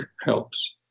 helps